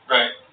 Right